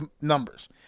numbers